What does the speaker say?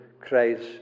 Christ